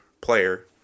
player